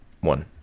one